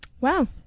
wow